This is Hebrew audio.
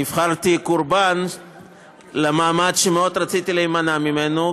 אז נפלתי קורבן למעמד שמאוד רציתי להימנע ממנו,